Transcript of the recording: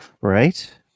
Right